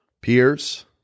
peers